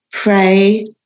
Pray